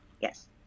Yes